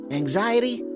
anxiety